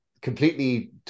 completely